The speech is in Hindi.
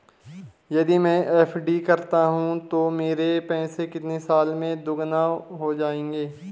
यदि मैं एफ.डी करता हूँ तो मेरे पैसे कितने साल में दोगुना हो जाएँगे?